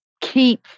keep